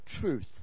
truth